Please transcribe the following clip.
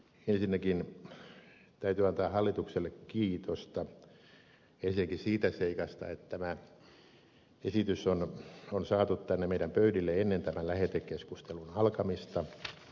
ensinnäkin täytyy antaa hallitukselle kiitosta siitä seikasta että tämä esitys on saatu tänne meidän pöydillemme ennen tämän lähetekeskustelun alkamista